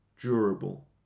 durable